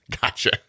Gotcha